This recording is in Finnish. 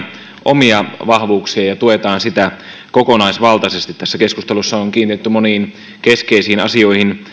omia vahvuuksia ja tuetaan sitä kokonaisvaltaisesti tässä keskustelussa on kiinnitetty moniin keskeisiin asioihin